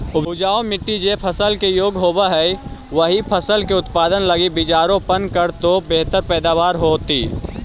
उपजाऊ मट्टी जे फसल के योग्य होवऽ हई, ओही फसल के उत्पादन लगी बीजारोपण करऽ तो बेहतर पैदावार होतइ